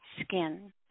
skin